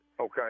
Okay